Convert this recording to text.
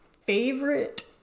favorite